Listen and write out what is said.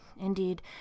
Indeed